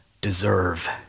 deserve